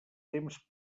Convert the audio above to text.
temps